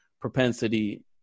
propensity